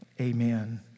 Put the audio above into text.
Amen